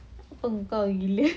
engkau gila